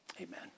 amen